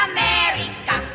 America